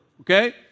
okay